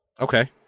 Okay